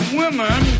women